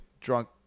drunk